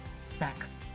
sex